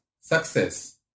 success